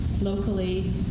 locally